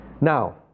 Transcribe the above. Now